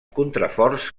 contraforts